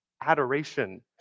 adoration